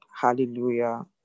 Hallelujah